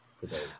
today